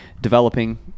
developing